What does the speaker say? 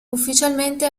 ufficialmente